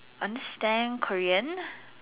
understand Korean